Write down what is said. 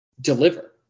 deliver